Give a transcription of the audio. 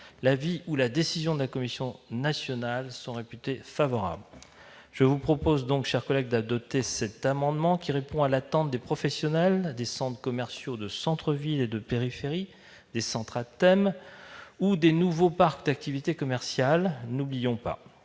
l'avis ou la décision de la Commission nationale sont réputés favorables. Par ailleurs, cet amendement répond à l'attente des professionnels des centres commerciaux des centres-villes et de la périphérie, des centres à thèmes ou des nouveaux parcs d'activités commerciales. Ne l'oublions pas,